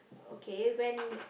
okay when